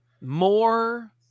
more